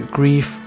Grief